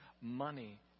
money